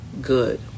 good